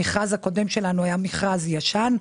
המכרז הקודם שלנו היה מכרז ישן.